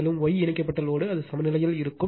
மேலும் Y இணைக்கப்பட்ட load அது சமநிலையில் இருக்கும்